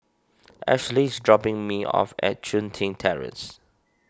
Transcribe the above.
Ashli is dropping me off at Chun Tin Terrace